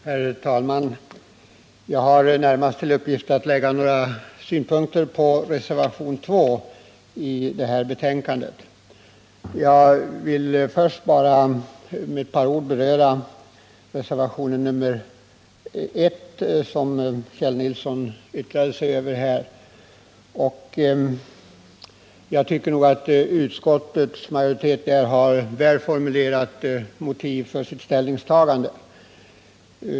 Herr talman! Jag har närmast till uppgift att anlägga några synpunkter på reservationen 2. Först vill jag emellertid med några ord beröra reservationen 1, som Kjell Nilsson talade om. Jag tycker att utskottets majoritet väl har formulerat motiven för sitt ställningstagande.